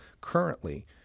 Currently